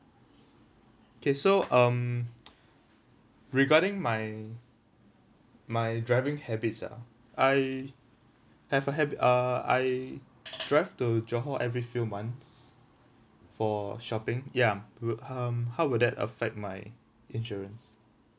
okay so um regarding my my driving habits ah I have a habit uh I drive to johor every few months for shopping ya would um how would that affect my insurance